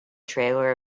trailer